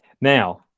Now